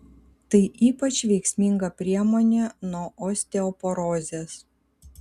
tai ypač veiksminga priemonė nuo osteoporozės